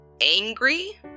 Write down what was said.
angry